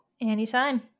Anytime